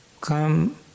come